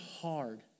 hard